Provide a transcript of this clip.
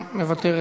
גם מוותרת,